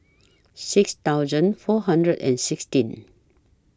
six thousand four hundred and sixteen